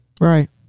Right